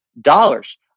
dollars